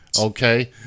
okay